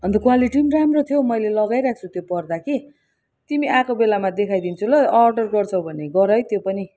अन्त क्वालिटी पनि राम्रो थियो हौ मैले लगाइरहेको त्यो पर्दा कि तिमी आएको बेलामा देखाइदिन्छु ल अर्डर गर्छौ भने गर है त्यो पनि